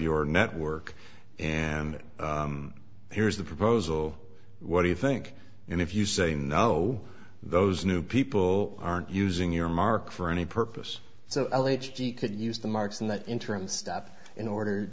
your network and here's the proposal what do you think and if you say no those new people aren't using your mark for any purpose so l h d could use the marks in that interim step in order